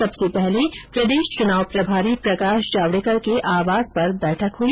सबसे पहले प्रदेष चुनाव प्रभारी प्रकाष जावडेकर के आवास पर बैठक हुई